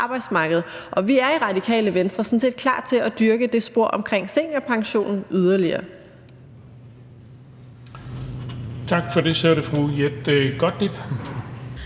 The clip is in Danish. Vi er i Radikale Venstre sådan set klar til at dyrke det spor omkring seniorpensionen yderligere.